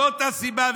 זאת הסיבה.